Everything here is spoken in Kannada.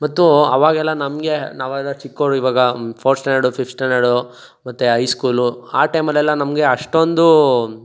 ಮತ್ತು ಅವಾಗೆಲ್ಲ ನಮಗೆ ನಾವೆಲ್ಲ ಚಿಕ್ಕೋರಿರುವಾಗ ಫೋರ್ತ್ ಸ್ಟ್ಯಾಂಡರ್ಡು ಫಿಫ್ತ್ ಸ್ಟ್ಯಾಂಡರ್ಡು ಮತ್ತು ಐಸ್ಕೂಲು ಆ ಟೈಮಲ್ಲೆಲ್ಲ ನಮಗೆ ಅಷ್ಟೊಂದು